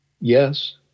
Yes